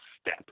step